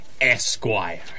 Esquire